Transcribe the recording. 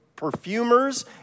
Perfumers